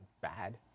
bad